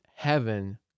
heaven